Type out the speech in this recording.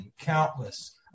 countless